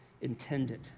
intended